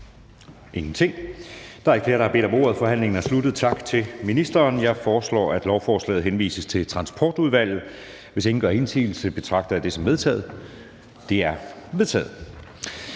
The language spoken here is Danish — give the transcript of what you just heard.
ministeren. Da der ikke er flere, der har bedt om ordet, er forhandlingen sluttet. Jeg foreslår, at lovforslaget henvises til Transportudvalget. Hvis ingen gør indsigelse, betragter jeg det som vedtaget. Det er vedtaget.